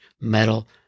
metal